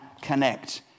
connect